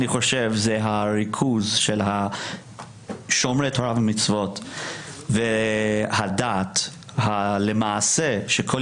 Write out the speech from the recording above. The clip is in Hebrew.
אני חושב שזה הריכוז של שומרי תורה ומצוות והדת שלמעשה כל